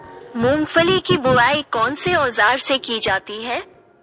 मूंगफली की बुआई कौनसे औज़ार से की जाती है?